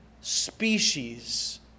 species